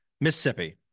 Mississippi